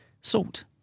Salt